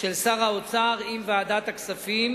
של שר האוצר עם ועדת הכספים.